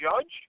Judge